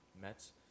Mets